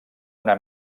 una